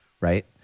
right